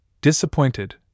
Disappointed